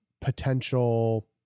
potential